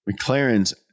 McLaren's